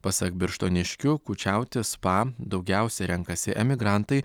pasak birštoniškių kūčiauti spa daugiausia renkasi emigrantai